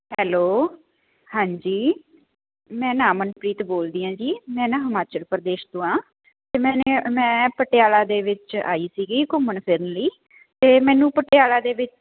hello ਹਾਂਜੀ ਮੈਂ ਨਾ ਅਮਨਪ੍ਰੀਤ ਬੋਲਦੀ ਹਾਂ ਜੀ ਮੈਂ ਨਾ ਹਿਮਾਚਲ ਪ੍ਰਦੇਸ਼ ਤੋਂ ਹਾਂ ਅਤੇ ਮੈਨੇ ਮੈਂ ਪਟਿਆਲਾ ਦੇ ਵਿੱਚ ਆਈ ਸੀਗੀ ਘੁੰਮਣ ਫਿਰਨ ਲਈ ਅਤੇ ਮੈਨੂੰ ਪਟਿਆਲਾ ਦੇ ਵਿੱਚ